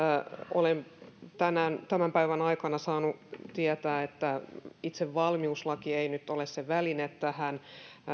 olen tämän päivän aikana saanut tietää että itse valmiuslaki ei nyt ole se väline tähän